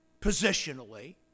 positionally